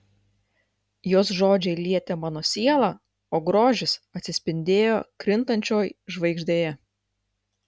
jos žodžiai lietė mano sielą o grožis atsispindėjo krintančioj žvaigždėje